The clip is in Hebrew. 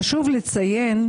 חשוב לציין,